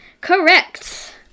Correct